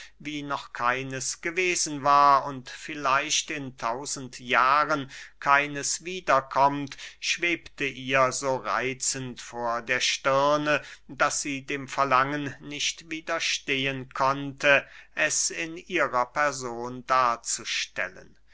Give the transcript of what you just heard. wie noch keines gewesen war und vielleicht in tausend jahren keines wieder kommt schwebte ihr so reitzend vor der stirne daß sie dem verlangen nicht widerstehen konnte es in ihrer person darzustellen